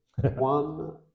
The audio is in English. one